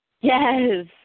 yes